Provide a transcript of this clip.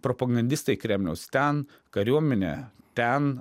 propagandistai kremliaus ten kariuomenė ten